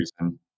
reason